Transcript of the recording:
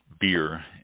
beer